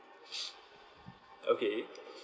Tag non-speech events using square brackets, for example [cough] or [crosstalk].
[noise] okay